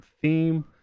theme